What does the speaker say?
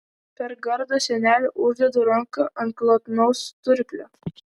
per gardo sienelę uždedu ranką ant glotnaus sturplio